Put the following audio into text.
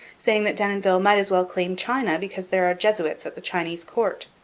saying that denonville might as well claim china because there are jesuits at the chinese court.